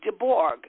DeBorg